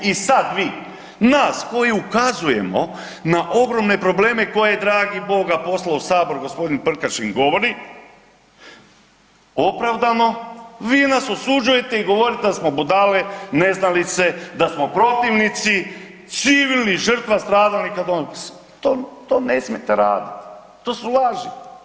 I sad vi nas koji ukazujemo na ogromne probleme koje dragi Bog ga posao u Sabor g. Prkačin govori, opravdano vi nas osuđujete i govorite da smo budale, neznalice, da smo protivnici civilnih žrtava stradalnika, to ne smijete radit, to su laži.